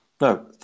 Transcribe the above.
No